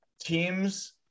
teams